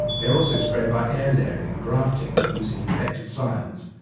they are also spread by air-layering and grafting, using infected scions,